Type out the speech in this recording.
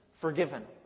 forgiven